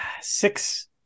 six